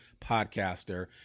podcaster